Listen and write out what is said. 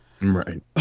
Right